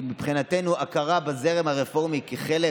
שמבחינתנו הכרה בזרם הרפורמי כחלק